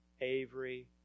Avery